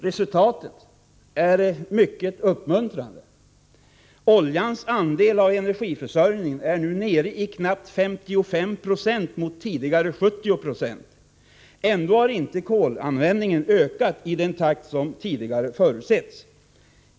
Resultaten är mycket uppmuntrande. Oljans andel av energiförsörjningen är nu nere i knappt 55 96 mot tidigare 70 Zo. Ändå har inte kolanvändningen ökat i den takt som tidigare förutsetts.